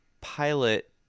pilot